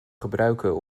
gebruiken